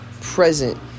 present